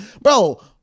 Bro